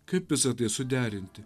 kaip visa tai suderinti